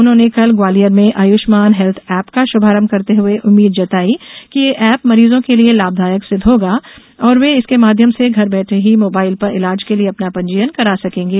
उन्होंने कल ग्वालियर में आयुष्मान हेल्थ ऐप का शुभारंभ करते हुए उम्मीद जताई कि ये ऐप मरीजों के लिए लाभदायक सिद्द होगा और वे इसके माध्यम से घर बैठे ही मोबाइल पर ईलाज के लिए अपना पंजीयन करा सकेंगे